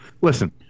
listen